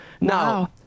Now